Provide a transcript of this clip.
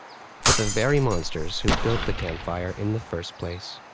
but the very monsters who built the campfire in the first place.